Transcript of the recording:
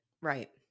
Right